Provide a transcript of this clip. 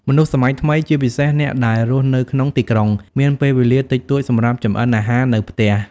មនុស្សសម័យថ្មី ជាពិសេសអ្នកដែលរស់នៅក្នុងទីក្រុង មានពេលវេលាតិចតួចសម្រាប់ចម្អិនអាហារនៅផ្ទះ។